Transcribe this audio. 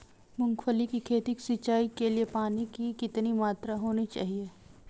मूंगफली की खेती की सिंचाई के लिए पानी की कितनी मात्रा होनी चाहिए?